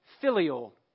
filial